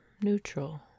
neutral